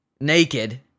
naked